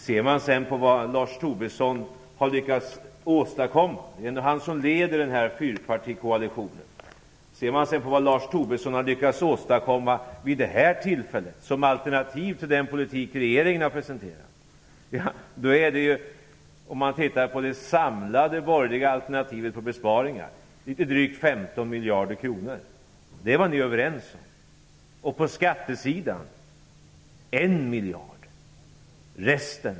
Låt oss sedan se vad Lars Tobisson lyckats åstadkomma - det är han som leder fyrpartikoalitionen - vid det här tillfället som alternativ till den politik regeringen har presenterat. Det samlade borgerliga alternativet till besparingar motsvarar drygt 15 miljarder kronor. Det är vad ni är överens om. På skattesidan är det 1 miljard kronor.